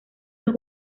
dos